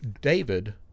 David